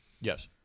Yes